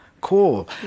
Cool